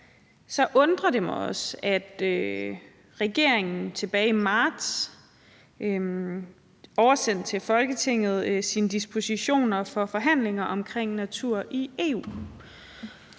undrer det mig også, at regeringen tilbage i marts oversendte sine dispositioner til Folketinget for forhandlinger omkring natur i EU.